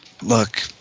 Look